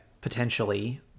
potentially